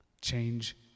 Change